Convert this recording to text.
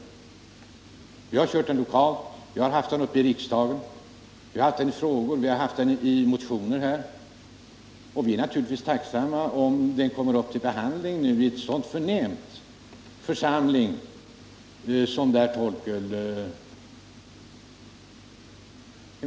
Vi har tagit upp den lokalt, och vi har haft den uppe i riksdagen — i frågor och i motioner. Vi är naturligtvis tacksamma om den nu kommer upp till behandling i en så förnämlig församling som miljöskyddsutredningen, där Torkel Lindahl är med.